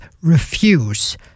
refuse